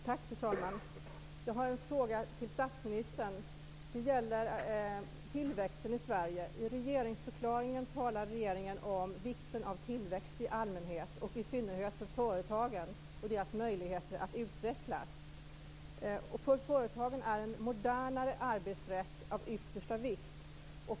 Fru talman! Jag har en fråga till statsministern. Det gäller tillväxten i Sverige. I regeringsförklaringen talar regeringen om vikten av tillväxt i allmänhet och i synnerhet för företagen och deras möjligheter att utvecklas. För företagen är en modernare arbetsrätt av yttersta vikt.